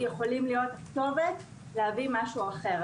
שיכולות להיות כתובת להביא משהו אחר,